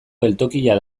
geltokia